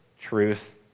truth